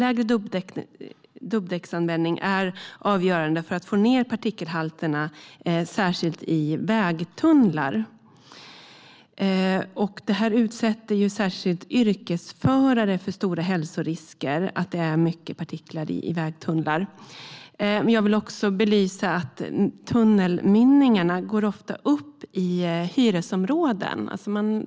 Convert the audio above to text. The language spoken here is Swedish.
Lägre dubbdäcksanvändning är avgörande för att få ned partikelhalterna särskilt i vägtunnlar. Att det är mycket partiklar i vägtunnlar utsätter speciellt yrkesförare för stora hälsorisker. Jag vill också belysa att tunnelmynningarna ofta går upp i hyresområden.